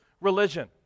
religion